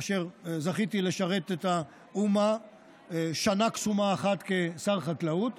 כאשר זכיתי לשרת את האוצר שנה קסומה אחת כשר החקלאות